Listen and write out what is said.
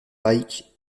pike